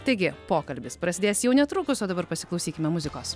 taigi pokalbis prasidės jau netrukus o dabar pasiklausykime muzikos